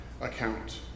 account